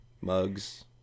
Mugs